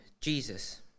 Jesus